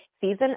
season